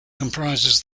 comprises